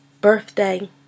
birthday